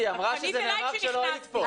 היא אמרה שזה נאמר כשלא היית פה.